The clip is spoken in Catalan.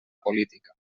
política